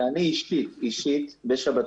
אני אישית בשבתות,